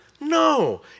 No